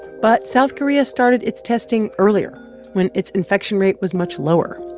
but south korea started its testing earlier when its infection rate was much lower.